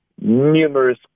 numerous